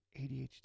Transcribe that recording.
ADHD